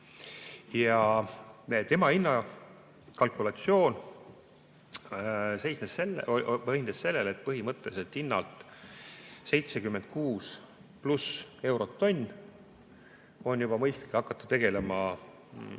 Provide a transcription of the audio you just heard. Ja tema hinnakalkulatsioon põhines sellel, et põhimõtteliselt hinnalt 76+ eurot tonn on mõistlik hakata tegelema